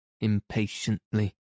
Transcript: impatiently